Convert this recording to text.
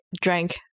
drank